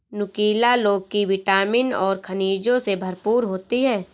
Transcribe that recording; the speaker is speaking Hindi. नुकीला लौकी विटामिन और खनिजों से भरपूर होती है